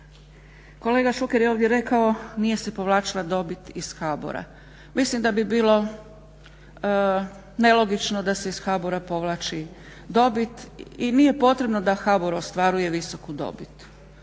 Kolega Šuker je ovdje rekao nije se povlačila dobit iz HBOR-a. Mislim da bi bilo nelogično da se iz HBOR-a povlači dobit i nije potrebno da HBOR ostvaruje visoku dobit.